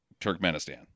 Turkmenistan